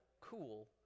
cool